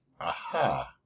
Aha